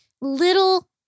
Little